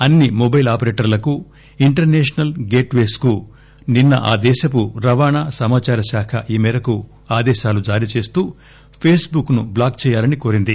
అన్ని మొబైల్ ఆపరేటర్లకు international gateway కు నిన్స ఆ దేశపు రవాణ సమాచార శాఖ ఈ మేరకు ఆదేశాలు జారీచేస్తూ ఫేస్ బుక్ ను బ్లాక్ చేయాలని కోరింది